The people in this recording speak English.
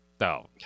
No